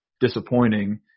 disappointing